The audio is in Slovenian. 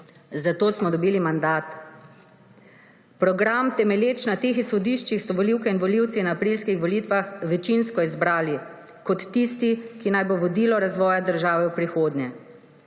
Za to smo dobili mandat. Program, temelječ na teh izhodiščih, so volivke in volivci na aprilskih volitvah večinsko izbrali, kot tistih, ki naj bo vodilo razvoja države v prihodnje.